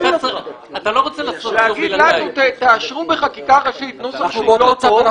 הדעת ------- תאשרו בחקיקה ראשית נוסח לא טוב,